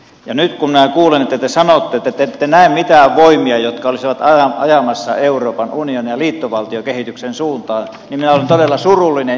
ja nyt kun minä kuulen että te sanotte että te ette näe mitään voimia jotka olisivat ajamassa euroopan unionia liittovaltiokehityksen suuntaan niin minä olen todella surullinen ja hämmästynyt